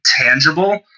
tangible